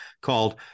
called